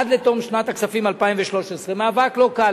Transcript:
עד לתום שנת הכספים 2013. מאבק לא קל,